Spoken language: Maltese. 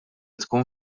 tkun